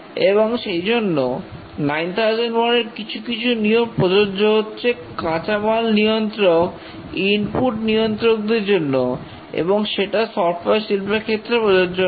এবং সেই জন্য 9001 এর কিছু কিছু নিয়ম প্রযোজ্য হচ্ছে কাঁচামাল নিয়ন্ত্রক ইনপুট নিয়ন্ত্রক দের জন্য এবং সেটা সফটওয়্যার শিল্পের ক্ষেত্রে প্রযোজ্য নয়